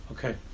Okay